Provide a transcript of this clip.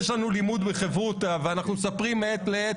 יש לנו לימוד וחברותא, ואנחנו מספרים מעת לעת.